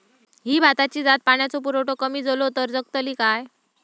ही भाताची जात पाण्याचो पुरवठो कमी जलो तर जगतली काय?